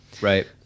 right